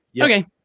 Okay